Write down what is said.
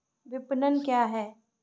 विपणन क्या है?